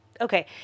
Okay